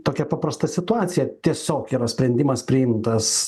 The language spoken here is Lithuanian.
tokia paprasta situacija tiesiog yra sprendimas priimtas